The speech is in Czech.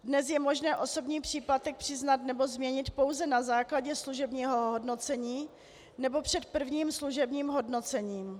Dnes je možné osobní příplatek přiznat nebo změnit pouze na základě služebního hodnocení nebo před prvním služebním hodnocením.